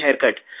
haircut